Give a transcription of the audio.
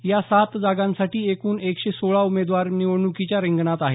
या सात जागांसाठी एकूण एकशे सोळा उमेदवार निवडणुकीच्या रिंगणात आहेत